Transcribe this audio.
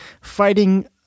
fighting